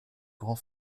grand